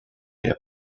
their